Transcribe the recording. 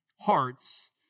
hearts